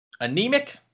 anemic